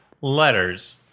Letters